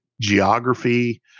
geography